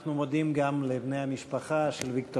אנחנו מודים גם לבני המשפחה של ויקטור